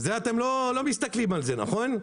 על זה אתם לא מסתכלים, נכון?